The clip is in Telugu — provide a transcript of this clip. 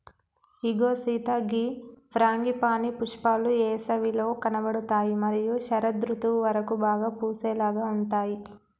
ఇగో సీత గీ ఫ్రాంగిపానీ పుష్పాలు ఏసవిలో కనబడుతాయి మరియు శరదృతువు వరకు బాగా పూసేలాగా ఉంటాయి